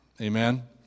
Amen